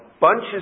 bunches